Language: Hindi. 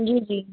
जी जी